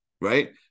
Right